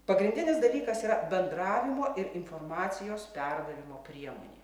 pagrindinis dalykas yra bendravimo ir informacijos perdavimo priemonė